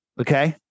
okay